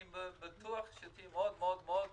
אני בטוח שתהיי מאוד מאוד מאוד מרוצה.